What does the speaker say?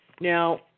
Now